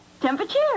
temperature